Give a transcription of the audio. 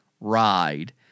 ride